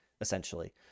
essentially